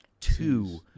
two